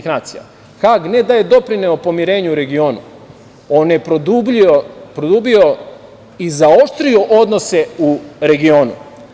Hag ne da je doprineo pomirenju u regionu, on je produbio i zaoštrio odnose u regionu.